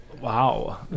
wow